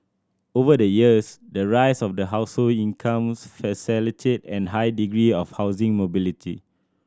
over the years the rise of household incomes facilitated a high degree of housing mobility